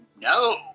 No